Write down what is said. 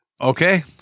Okay